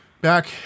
back